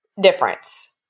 difference